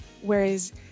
Whereas